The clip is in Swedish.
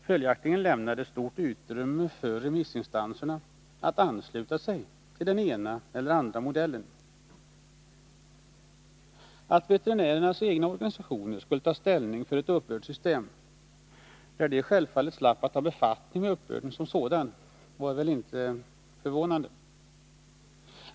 Följaktligen lämnades stort utrymme för remissinstanserna att ansluta sig till den ena eller den andra modellen. Att veterinärernas egna organisationer skulle ta ställning för ett uppbördssystem där de själva slapp ta befattning med uppbörden var väl inte förvånande.